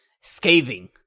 scathing